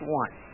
one